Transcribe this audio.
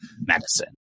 medicine